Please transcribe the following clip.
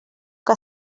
que